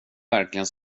verkligen